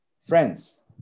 friends